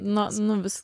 nu nu vis